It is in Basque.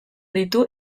ditu